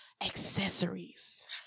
accessories